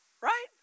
Right